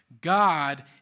God